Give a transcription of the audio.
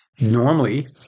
normally